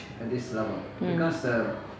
mm